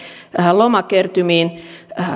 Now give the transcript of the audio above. lomakertymiin